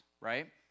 right